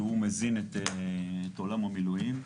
שהוא מזין את עולם המילואים,